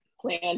plan